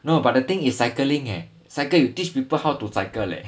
no but the thing is cycling leh cycle you teach people how to cycle leh